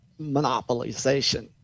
monopolization